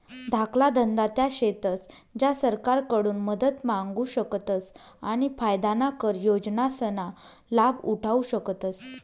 धाकला धंदा त्या शेतस ज्या सरकारकडून मदत मांगू शकतस आणि फायदाना कर योजनासना लाभ उठावु शकतस